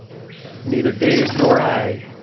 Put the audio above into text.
neither dave, nor i,